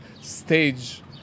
stage